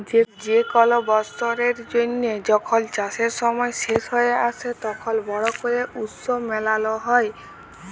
যে কল বসরের জ্যানহে যখল চাষের সময় শেষ হঁয়ে আসে, তখল বড় ক্যরে উৎসব মালাল হ্যয়